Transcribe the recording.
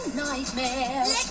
nightmares